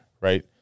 right